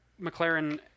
McLaren